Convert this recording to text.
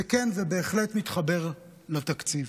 כן, זה בהחלט מתחבר לתקציב,